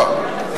לא.